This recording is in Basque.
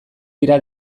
dira